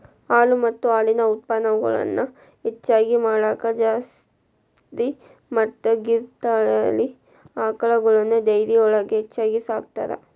ಹಾಲು ಮತ್ತ ಹಾಲಿನ ಉತ್ಪನಗಳನ್ನ ಹೆಚ್ಚಗಿ ಮಾಡಾಕ ಜರ್ಸಿ ಮತ್ತ್ ಗಿರ್ ತಳಿ ಆಕಳಗಳನ್ನ ಡೈರಿಯೊಳಗ ಹೆಚ್ಚಾಗಿ ಸಾಕ್ತಾರ